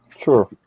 Sure